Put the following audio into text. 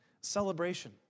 celebration